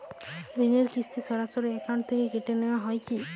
ঋণের কিস্তি সরাসরি অ্যাকাউন্ট থেকে কেটে নেওয়া হয় কি?